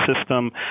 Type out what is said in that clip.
system